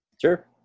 Sure